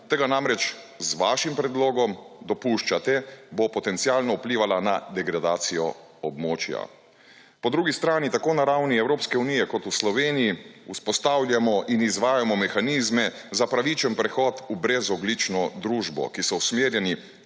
tega namreč z vašim predlogom dopuščate, bo potencialno vplivala na degradacijo območja. Po drugi strani tako na ravni Evropske unije, kot v Sloveniji, vzpostavljamo in izvajamo mehanizme za pravičen prehod v brezogljično družbo, ki so usmerjeni